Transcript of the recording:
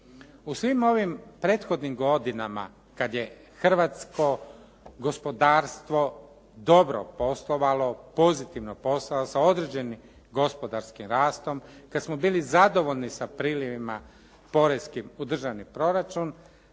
U svim ovim prethodnim godinama kad je hrvatsko gospodarstvo dobro poslovalo, pozitivno poslovalo sa određenim gospodarskim rastom, kad smo bili zadovoljni sa prilivima poreskim u državni proračun,